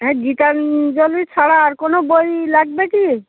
হ্যাঁ গীতাঞ্জলি ছাড়া আর কোনো বই লাগবে কি